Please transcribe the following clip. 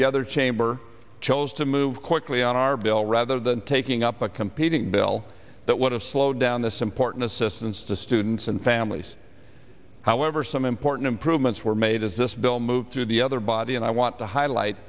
the other chamber chose to move quickly on our bill rather than taking up a competing bill that would have slowed down this important assistance to students and families however some important improvements were made as this bill moved through the other body and i want to highlight